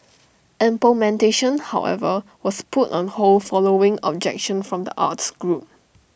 implementation however was put on hold following objection from the arts groups